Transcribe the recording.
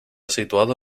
situado